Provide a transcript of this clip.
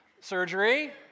surgery